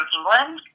England